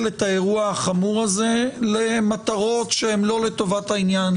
את האירוע החמור הזה למטרות שהן לא לטובת העניין,